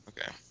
okay